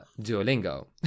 Duolingo